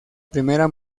primera